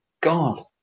God